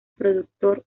productor